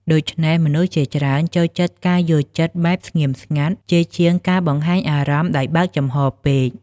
ដូច្នេះ មនុស្សជាច្រើនចូលចិត្តការយល់ចិត្តបែបស្ងៀមស្ងាត់ ជាជាងការបង្ហាញអារម្មណ៍ដោយបើកចំហពេក។